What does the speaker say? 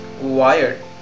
Wired